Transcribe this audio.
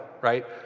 right